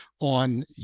on